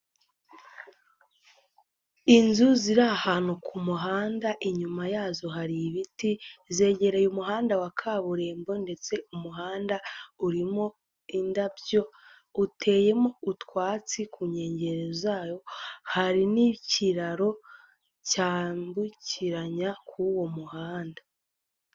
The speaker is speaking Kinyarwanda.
Inzu ziri ahantu ku muhanda inyuma yazo hari ibiti zegereye umuhanda wa kaburimbo ndetse umuhanda urimo indabyo, uteyemo utwatsi ku nkengero zayo hari n'ikiraro cyambukiranya ku uwo muhanda.